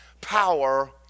power